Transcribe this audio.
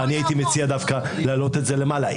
הייתי מציע דווקא להעלות את זה למעלה.